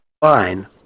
fine